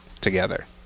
together